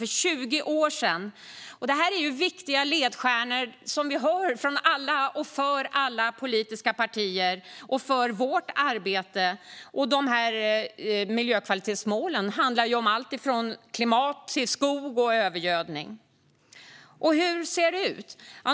Miljökvalitetsmålen är viktiga ledstjärnor för alla politiska partier och för vårt arbete, och de handlar om allt från klimat till skog och övergödning. Hur ser det då ut?